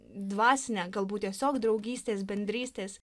dvasinę galbūt tiesiog draugystės bendrystės